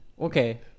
Okay